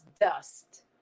dust